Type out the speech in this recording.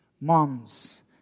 moms